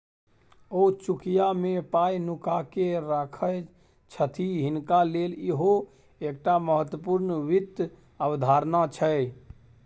ओ चुकिया मे पाय नुकाकेँ राखय छथि हिनका लेल इहो एकटा महत्वपूर्ण वित्त अवधारणा छै